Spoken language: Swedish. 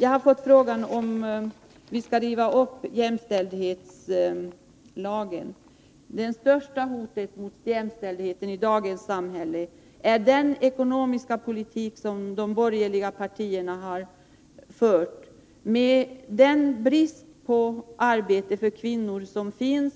Jag har fått frågan om vi skall riva upp jämställdhetslagen. Det största hotet mot jämställdheten i dagens samhälle är den ekonomiska politik som de borgerliga partierna har fört, med den brist på arbete för kvinnor som